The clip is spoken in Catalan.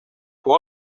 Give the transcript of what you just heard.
fou